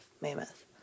Mammoth